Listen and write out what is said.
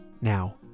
now